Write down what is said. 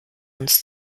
uns